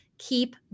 keep